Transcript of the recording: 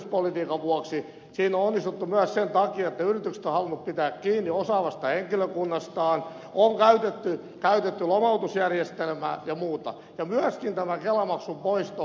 siinä on onnistuttu myös sen takia että yritykset ovat halunneet pitää kiinni osaavasta henkilökunnastaan on käytetty lomautusjärjestelmää ja muuta ja myöskin tämä kelamaksun poisto on aivan olennainen asia tässä